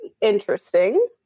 interesting